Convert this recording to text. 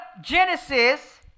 Genesis